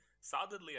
solidly